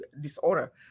disorder